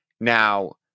Now